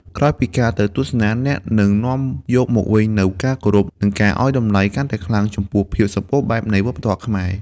ក្រោយពីការទៅទស្សនា អ្នកនឹងនាំយកមកវិញនូវការគោរព និងការឱ្យតម្លៃកាន់តែខ្លាំងចំពោះភាពសម្បូរបែបនៃវប្បធម៌ខ្មែរ។